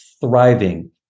thriving